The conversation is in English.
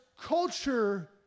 culture